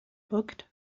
booked